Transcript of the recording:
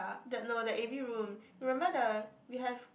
that no the a_v remember the we have